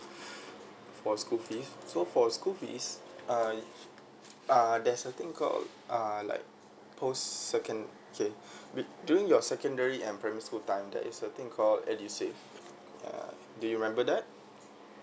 for school fees so for school fees uh uh there's a thing called uh like post second okay du~ during your secondary and primary school time there is a thing called edusave uh do you remember that